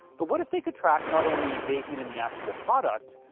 but what if they could track not only engagement in the actual product,